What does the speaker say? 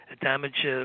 damage